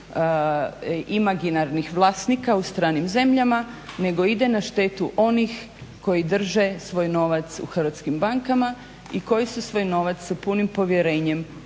imaginarnih vlasnika u stranim zemljama nego ide na štetu onih koji drže svoj novac u hrvatskim bankama i koji su svoj novac sa punim povjerenjem